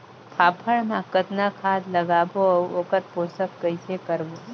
फाफण मा कतना खाद लगाबो अउ ओकर पोषण कइसे करबो?